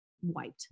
white